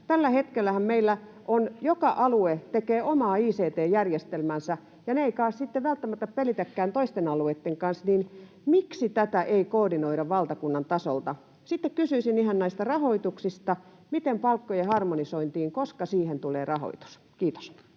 Tällä hetkellähän meillä joka alue tekee omaa ict-järjestelmäänsä, ja ne kai eivät sitten välttämättä pelitäkään toisten alueiden kanssa. Miksi tätä ei koordinoida valtakunnan tasolta? Sitten kysyisin ihan näistä rahoituksista. Milloin palkkojen harmonisointiin tulee rahoitus? — Kiitos.